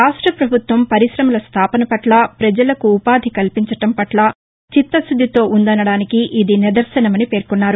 రాష్ట పభుత్వం పరిశమల స్టాపన పట్ల ప్రజలకు ఉపాధి కల్పించటం పట్ల చిత్తశుద్దితో ఉందనడానికి ఇది నిదర్భనమని పేర్కొన్నారు